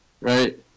right